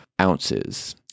ounces